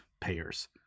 payers